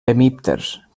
hemípters